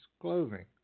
clothing